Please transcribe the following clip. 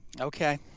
Okay